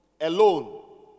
alone